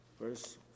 verse